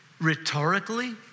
rhetorically